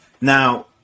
Now